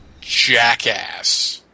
jackass